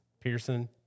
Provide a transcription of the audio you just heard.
Pearson